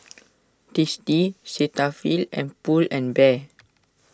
Tasty Cetaphil and Pull and Bear